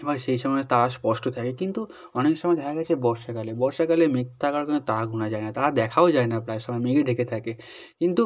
এবার সেই সময় তারা স্পষ্ট থাকে কিন্তু অনেক সময় দেখা গেছে বর্ষাকালে বর্ষাকালে মেঘ থাকার কারণে তারা গোনা যায় না তারা দেখাও যায় না প্রায় সময় মেঘে ঢেকে থাকে কিন্তু